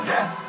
Yes